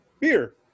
beer